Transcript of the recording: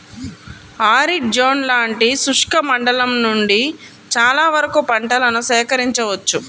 arid zone లాంటి శుష్క మండలం నుండి చాలా వరకు పంటలను సేకరించవచ్చు